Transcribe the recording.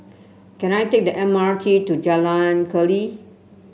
can I take the M R T to Jalan Keli